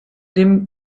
dem